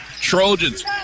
Trojans